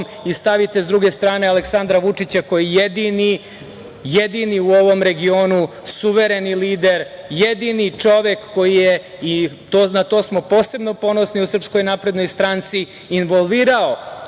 i stavite sa druge strane Aleksandra Vučića koji jedini u ovom regionu suvereni lider, jedini čovek koji je, na to smo posebno ponosni u SNS involvirao